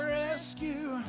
rescue